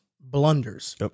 blunders